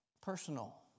personal